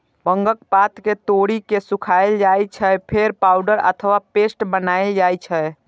भांगक पात कें तोड़ि के सुखाएल जाइ छै, फेर पाउडर अथवा पेस्ट बनाएल जाइ छै